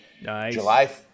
July